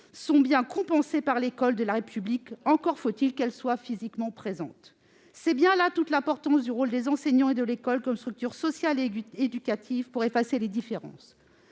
sont bien compensés par l'école de la République, encore faut-il qu'elle soit physiquement présente. D'où l'importance du rôle des enseignants et de l'école comme structure sociale et éducative pour effacer les différences.